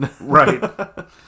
Right